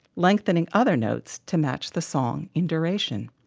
lengthening other notes to match the song in duration.